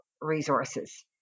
resources